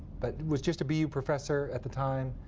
but was just a bu professor at the time.